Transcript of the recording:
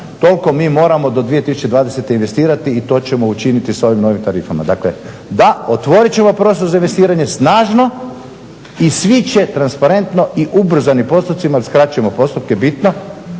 Toliko mi moramo do 2020. investirati i to ćemo učiniti sa ovim novim tarifama. Dakle da, otvorit ćemo prostor za investiranje snažno i svi će transparentno i ubrzanim postupcima jer skraćujemo postupke bitno,